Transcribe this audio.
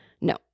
No